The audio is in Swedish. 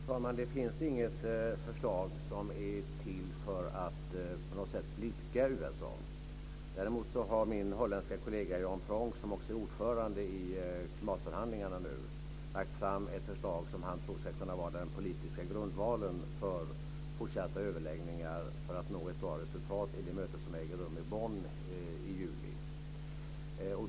Fru talman! Det finns inget förslag som är till för att på något sätt blidka USA. Däremot har min holländska kollega Pronk, som också är ordförande i klimatförhandlingarna, nu lagt fram ett förslag som han tror kan vara den politiska grundvalen för fortsatta överläggningar för att nå ett bra resultat vid det möte som äger rum i Bonn i juli.